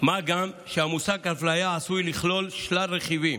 מה גם שהמושג "אפליה" עשוי לכלול שלל רכיבים,